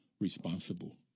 responsible